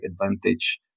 advantage